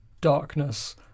darkness